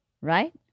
right